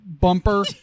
bumper